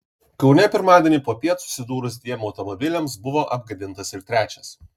kaune pirmadienį popiet susidūrus dviem automobiliams buvo apgadintas ir trečias